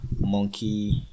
monkey